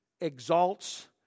exalts